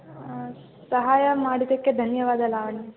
ಸಹಾಯ ಮಾಡಿದ್ದಕ್ಕೆ ಧನ್ಯವಾದ ಲಾವಣ್ಯ